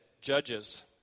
Judges